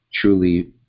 truly